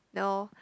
no